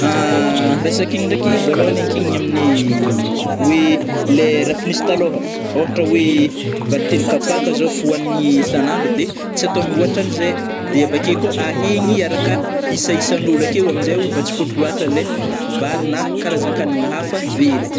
Resak'igny ndraiky vôlôhany ankinigny aminy oe le rah fa nisy talôha, ôhatra oe vary telo kapoaka zao fohanigny isanandro de tsy atao mihoatranzai, de avake koa ahegny araka isa isan'ôlo akeo amizai o mba tsy fôntro loatra lai vary na karazan-kanigna hafa very.